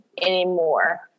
anymore